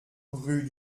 rue